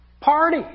party